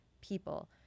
people